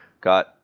Got